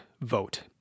vote